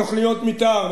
תוכניות מיתאר,